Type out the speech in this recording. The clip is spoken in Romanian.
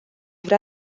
vrea